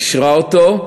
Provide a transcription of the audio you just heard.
אישרה אותו,